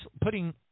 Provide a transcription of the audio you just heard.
putting